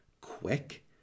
quick